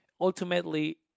ultimately